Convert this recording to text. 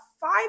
five